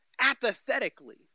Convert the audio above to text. apathetically